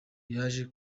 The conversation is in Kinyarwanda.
yaje